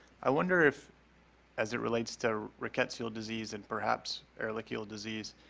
i wonder if as it relates to rickettsial disease and perhaps ehrlichial disease,